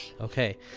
Okay